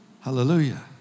Hallelujah